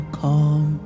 calm